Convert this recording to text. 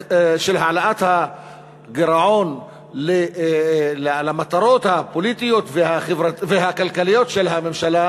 של העלאת הגירעון למטרות הפוליטיות והכלכליות של הממשלה,